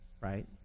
right